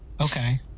Okay